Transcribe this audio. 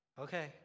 okay